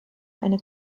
eine